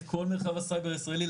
את כל מרחב הסייבר הישראלי,